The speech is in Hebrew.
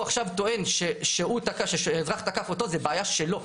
עכשיו טוען שאזרח תקף אותו זו בעיה שלו,